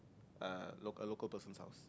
uh local a local person's house